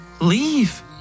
leave